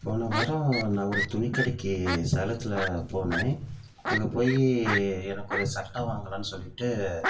போன வாரம் நான் ஒரு துணிக்கடைக்கு சேலத்தில் போனேன் அங்கே போய் எனக்கு ஒரு சட்டை வாங்கலாம்னு சொல்லிட்டு